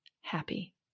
happy